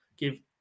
give